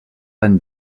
van